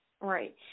Right